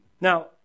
Now